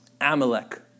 Amalek